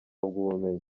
ubumenyi